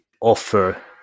offer